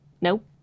nope